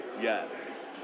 yes